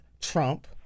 Trump